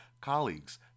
colleagues